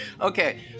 Okay